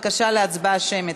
אני מבקשת לשבת ולהירגע.